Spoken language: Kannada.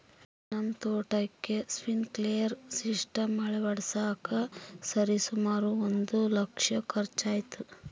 ನಮ್ಮ ತೋಟಕ್ಕೆ ಸ್ಪ್ರಿನ್ಕ್ಲೆರ್ ಸಿಸ್ಟಮ್ ಅಳವಡಿಸಕ ಸರಿಸುಮಾರು ಒಂದು ಲಕ್ಷ ಖರ್ಚಾಯಿತು